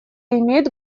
имеет